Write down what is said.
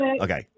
Okay